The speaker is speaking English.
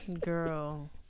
Girl